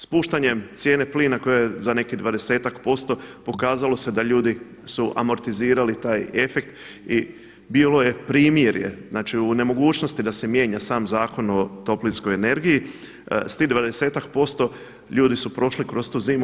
Spuštanjem cijene plina koja je za nekih dvadesetak posto pokazalo se da ljudi su amortizirali taj efekt i bilo je primirje, znači u nemogućnosti da se mijenja sam Zakon o toplinskoj energiji s tih dvadesetak posto ljudi su prošli kroz tu zimu.